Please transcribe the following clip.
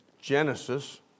Genesis